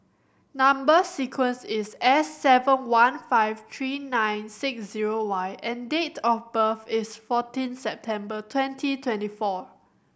number sequence is S seven one five three nine six zero Y and date of birth is fourteen September twenty twenty four